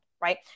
Right